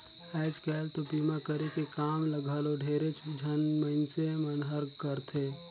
आयज कायल तो बीमा करे के काम ल घलो ढेरेच झन मइनसे मन हर करथे